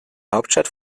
hauptstadt